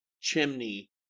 chimney